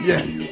Yes